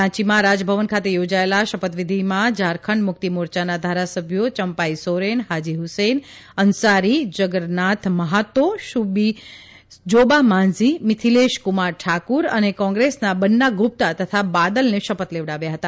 રાંચીમાં રાજભવન ખાતે યોજાયેલા શપથવિધિમાં ઝારખંડ મુક્તિ મોરચાના ધારાસભ્યો ચંપાઇ સોરેન હાજી હુસૈન અન્સારી જગરનાથ મહાતો સુશ્રી જોબા માંઝી મિથિલેશ કુમાર ઠાકુર અને કોંગ્રેસના બન્ના ગુપ્તા તથા બાદલને શપથ લેવડાવ્યા હતા